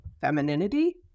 femininity